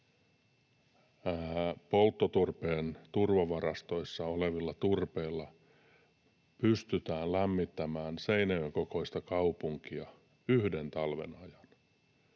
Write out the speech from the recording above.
polttoturpeen turvavarastoissa olevilla turpeilla pystytään lämmittämään Seinäjoen kokoista kaupunkia yhden talven ajan